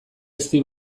ezti